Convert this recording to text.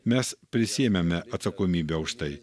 mes prisiėmėme atsakomybę už tai